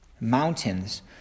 Mountains